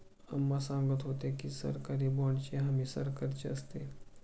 अम्मा सांगत होत्या की, सरकारी बाँडची हमी सरकारची असते